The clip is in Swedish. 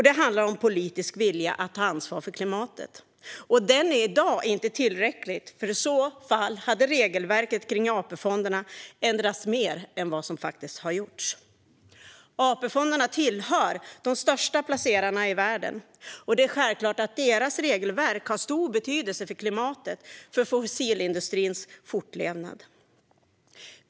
Det handlar om politisk vilja att ta ansvar för klimatet. Den är i dag inte tillräcklig. I så fall hade regelverket för AP-fonderna ändrats mer än vad som har gjorts. AP-fonderna tillhör de största placerarna i världen. Det är självklart att deras regelverk har stor betydelse för klimatet och för fossilindustrins fortlevnad.